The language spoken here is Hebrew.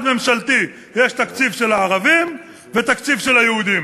ממשלתי יש תקציב של הערבים ותקציב של היהודים.